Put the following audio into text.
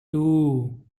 two